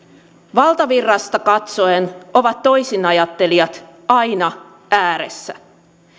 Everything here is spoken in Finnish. valtavirrasta katsoen ovat toisinajattelijat aina ääressä